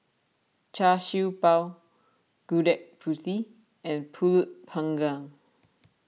Char Siew Bao Gudeg Putih and Pulut Panggang